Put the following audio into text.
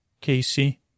Casey